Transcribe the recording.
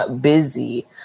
busy